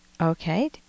Okay